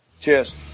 Cheers